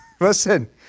Listen